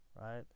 right